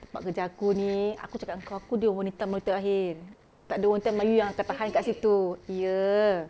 tempat kerja aku ni aku cakap dengan engkau aku jer wanita melayu terakhir tak ada wanita melayu yang akan tahan kat situ ya